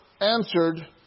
answered